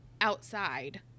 outside